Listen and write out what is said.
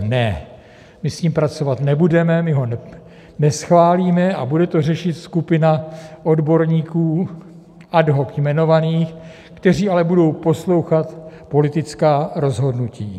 Ne, my s ním pracovat nebudeme, my ho neschválíme a bude to řešit skupina odborníků ad hoc jmenovaných, kteří ale budou poslouchat politická rozhodnutí.